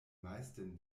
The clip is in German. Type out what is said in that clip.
meisten